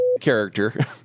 character